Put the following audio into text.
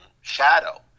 shadow